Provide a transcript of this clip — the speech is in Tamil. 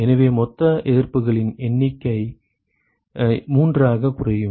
எனவே மொத்த எதிர்ப்புகளின் எண்ணிக்கை மூன்றாகக் குறையும்